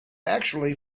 actually